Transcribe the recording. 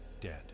dead